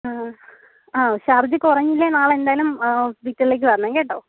ആ ആ ശർദി കുറഞ്ഞില്ലേൽ നാളെ എന്തായാലും ആ ഹോസ്പ്പിറ്റലിലേക്ക് വരണം കേട്ടോ